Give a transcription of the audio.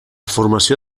formació